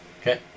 Okay